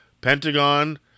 Pentagon